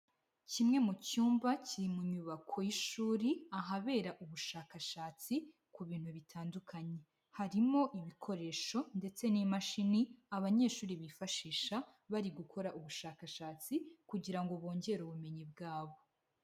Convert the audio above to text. Kimwe mu cyumba kiri mu nyubako y'ishuri ahabera ubushakashatsi ku bintu bitandukanye. Harimo ibikoresho ndetse n'imashini abanyeshuri bifashisha bari gukora ubushakashatsi kugira ngo bongere ubumenyi bwabo.